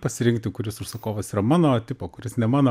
pasirinkti kuris užsakovas yra mano tipo kuris ne mano